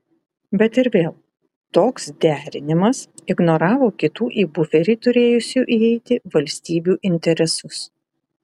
bet ir vėl toks derinimas ignoravo kitų į buferį turėjusių įeiti valstybių interesus